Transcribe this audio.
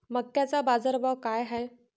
मक्याचा बाजारभाव काय हाय?